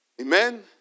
Amen